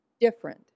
different